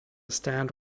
stand